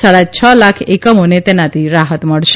સાડા છ લાખ એકમોને તેનાથી રાહત મળશે